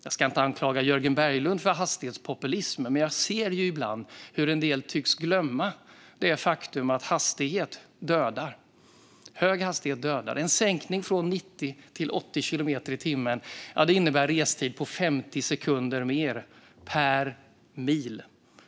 Jag ska inte anklaga Jörgen Berglund för hastighetspopulism, men jag kan bli bekymrad ibland när jag ser hur en del tycks glömma det faktum att hög hastighet dödar. En sänkning från 90 till 80 kilometer i timmen innebär att restiden blir 50 sekunder längre per mil.